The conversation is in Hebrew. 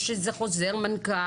יש איזה חוזה מנכ"ל?